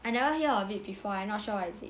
I never hear of it before I not sure what is it